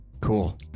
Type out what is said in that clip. Cool